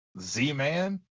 Z-Man